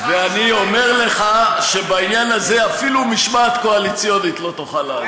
ואני אומר לך שבעניין הזה אפילו משמעת קואליציונית לא תוכל לעזור.